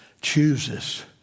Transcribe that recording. chooses